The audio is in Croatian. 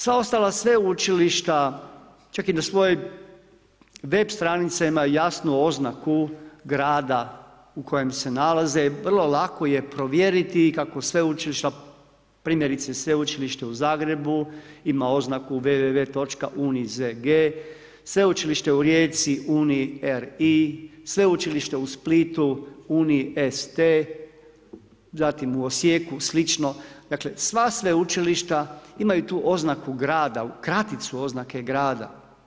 Sva ostala sveučilišta, čak i na svojoj web stranicama imaju jasnu oznaku grada u kojem se nalaze i vrlo lako je provjeriti kako sveučilišta, primjerice Sveučilište u Zagrebu ima oznaku www.unizg, Sveučilište u Rijeci uniri, Sveučilište u Splitu unist, zatim u Osijeku, slično, dakle sva sveučilištu imaju tu oznaku grada, kraticu oznaka grada.